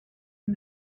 and